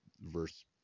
verse